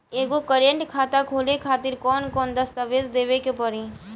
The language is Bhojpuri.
एगो करेंट खाता खोले खातिर कौन कौन दस्तावेज़ देवे के पड़ी?